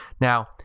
Now